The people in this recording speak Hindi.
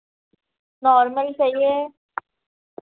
नॉर्मल चाहिए